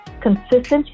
consistency